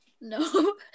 No